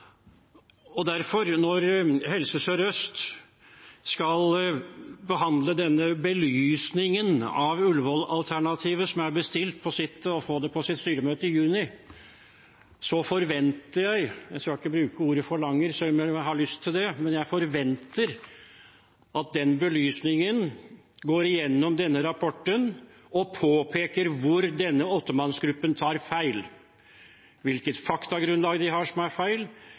Derfor: Når Helse Sør-Øst skal behandle den belysningen av Ullevål-alternativet som er bestilt, og få det opp på sitt styremøte i juni, forventer jeg – jeg skal ikke bruke ordet «forlanger», selv om jeg har lyst til det – at man går gjennom denne rapporten og påpeker hvor åttemannsgruppen tar feil, hvilket faktagrunnlag de har, som er feil,